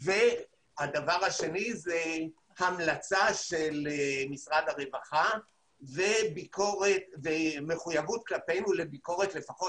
הדבר השני הוא המלצה של משרד הרווחה ומחויבות כלפינו לביקורת לפחות